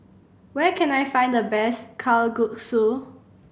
where can I find the best Kalguksu